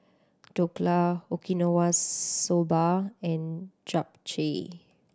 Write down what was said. Dhokla Okinawa Soba and Japchae